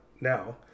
now